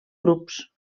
grups